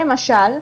למשל,